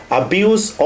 abuse